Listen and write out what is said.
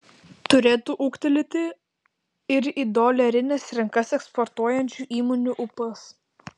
turėtų ūgtelėti ir į dolerines rinkas eksportuojančių įmonių ūpas